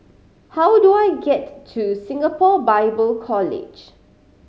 how do I get to Singapore Bible College